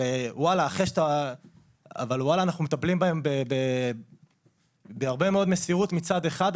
אנחנו מטפלים בהם בהרבה מאוד מסירות מצד אחד,